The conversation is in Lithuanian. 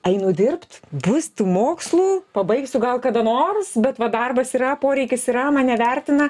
einu dirbt bus tų mokslų pabaigsiu gal kada nors bet va darbas yra poreikis yra mane vertina